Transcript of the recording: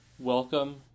Welcome